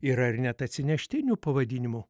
yra ir net atsineštinių pavadinimų